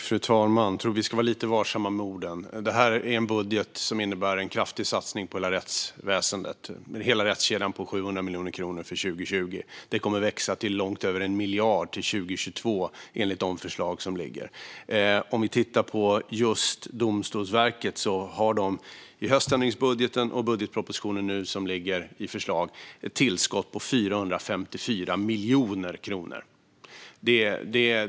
Fru talman! Jag tror att vi ska vara lite varsamma med orden. Detta är en budget som innebär en kraftig satsning på hela rättsväsendet - hela rättskedjan - med 700 miljoner kronor för 2020. Det kommer att växa till långt över 1 miljard kronor till 2022 enligt de förslag som föreligger. Om vi tittar på just Domstolsverket får de enligt höständringsbudgeten och den budgetproposition som nu föreligger ett tillskott på 454 miljoner kronor.